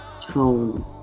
tone